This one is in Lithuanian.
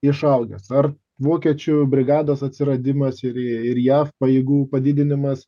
išaugęs ar vokiečių brigados atsiradimas ir ir jav pajėgų padidinimas